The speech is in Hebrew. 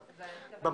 התש"ע-2009,